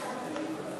התשע"ג 2013,